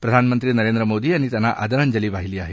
प्रधानमंत्री नरेंद्र मोदी यांनी त्यांना आदरांजली वाहिली आहे